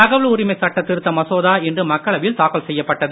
தகவல் உரிமை சட்ட திருத்த மசோதா இன்று மக்களவையில் தாக்கல் செய்யப்பட்டது